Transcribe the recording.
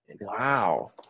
Wow